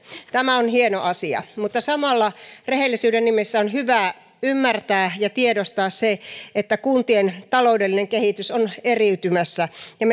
tämä on hieno asia mutta samalla rehellisyyden nimessä on hyvä ymmärtää ja tiedostaa se että kuntien taloudellinen kehitys on eriytymässä ja